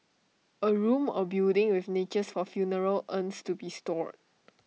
A room or building with niches for funeral urns to be stored